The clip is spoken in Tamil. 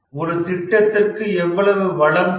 ஒரு திட்டத்திற்கு எவ்வளவு வளம் தேவை